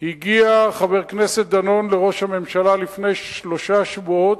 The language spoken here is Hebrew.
הגיע חבר הכנסת דנון לראש הממשלה לפני שלושה שבועות,